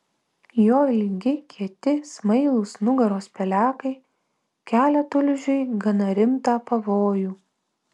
jo ilgi kieti smailūs nugaros pelekai kelia tulžiui gana rimtą pavojų